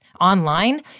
online